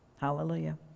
Hallelujah